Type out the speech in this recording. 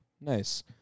Nice